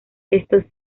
estos